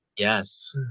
Yes